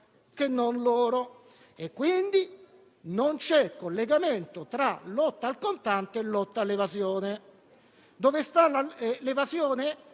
Non c'è quindi collegamento tra lotta al contante e lotta all'evasione. Dove sta l'evasione?